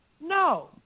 no